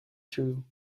through